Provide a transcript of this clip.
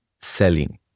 selling